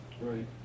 Right